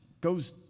goes